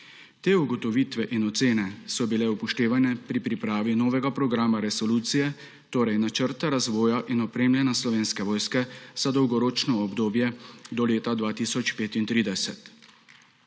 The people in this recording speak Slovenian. Te ugotovitve in ocene so bile upoštevane pri pripravi novega programa resolucije, torej načrta razvoja in opremljanja Slovenske vojske za dolgoročno obdobje do leta 2035.